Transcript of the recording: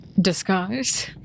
Disguise